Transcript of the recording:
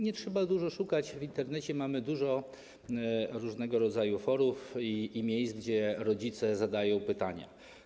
Nie trzeba długo szukać, w Internecie mamy dużo różnego rodzaju forów i miejsc, gdzie rodzice zadają pytania.